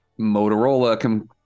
Motorola